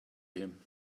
him